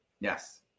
yes